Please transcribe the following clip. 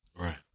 Right